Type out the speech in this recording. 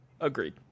Agreed